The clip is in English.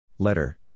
Letter